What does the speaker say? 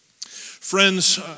Friends